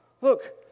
Look